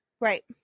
Right